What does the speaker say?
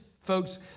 folks